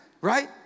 right